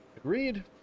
Agreed